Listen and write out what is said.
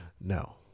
No